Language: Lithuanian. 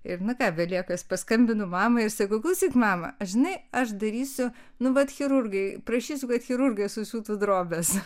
ir nu ką belieka paskambinu mamai ir sakau klausyk mama žinai aš darysiu nu vat chirurgai prašysiu kad chirurgai susiūtų drobes